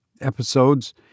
episodes